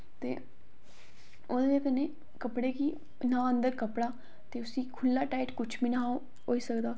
ते ओह्दे कन्नै कपड़े गी जां होंदा कपड़ा ते उसी खुल्ला टाईट कुछ बी निहां ओह् होई सकदा ते